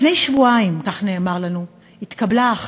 לפני שבועיים,